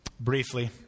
Briefly